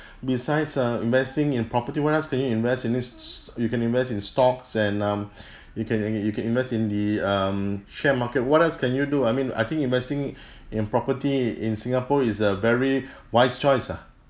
besides uh investing in property what else can you invest in it s~ s~ you can invest in stocks and um you can you can you can invest in the um share market what else can you do I mean I think investing in property in singapore is a very wise choice ah